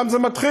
משם זה מתחיל.